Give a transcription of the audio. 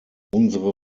unsere